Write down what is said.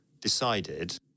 decided